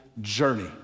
journey